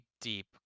deep